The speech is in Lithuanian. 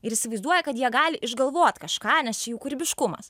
ir įsivaizduoja kad jie gali išgalvot kažką nes čia jų kūrybiškumas